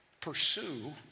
pursue